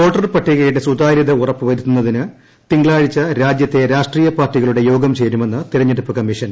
വോട്ടർപട്ടികയുടെ സുതാര്യത ഉറപ്പുവരുത്തുന്നതിന് തിങ്കളാഴ്ച രാജ്യത്തെ രാഷ്ട്രീയ പാർട്ടികളുടെ യോഗം ചേരുമെന്ന് തെരഞ്ഞെടുപ്പ് കമ്മീഷൻ